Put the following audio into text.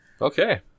Okay